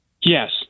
Yes